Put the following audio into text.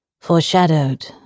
Foreshadowed